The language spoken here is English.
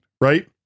right